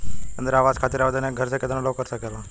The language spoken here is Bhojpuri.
इंद्रा आवास खातिर आवेदन एक घर से केतना लोग कर सकेला?